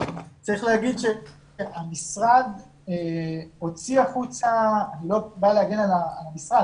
צריך לומר שהמשרד הוציא החוצה ואני לא בא להגן על המשרד